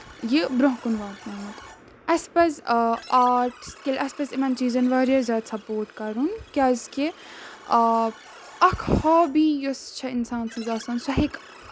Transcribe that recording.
یہِ برونٛہہ کُن واتنومُت اَسہِ پَزِ آرٹ سِکِل اَسہِ پَزِ یِمن چیٖزَن واریاہ زیادٕ سَپورٹ کَرُن کیازِ کہِ اکھ ہابی یۄس چھےٚ اِنسان سٕنٛز آسان سۄ ہیٚکہِ